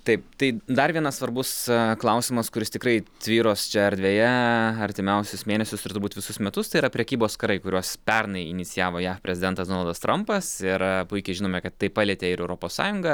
taip tai dar vienas svarbus klausimas kuris tikrai tvyros čia erdvėje artimiausius mėnesius ir turbūt visus metus tai yra prekybos karai kuriuos pernai inicijavo jav prezidentas donaldas trampas ir puikiai žinome kad tai palietė ir europos sąjungą